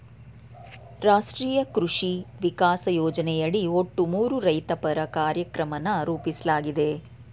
ರಾಷ್ಟ್ರೀಯ ಕೃಷಿ ವಿಕಾಸ ಯೋಜನೆಯಡಿ ಒಟ್ಟು ಮೂರು ರೈತಪರ ಕಾರ್ಯಕ್ರಮನ ರೂಪಿಸ್ಲಾಗಿದೆ